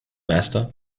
esther